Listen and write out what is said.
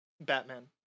Batman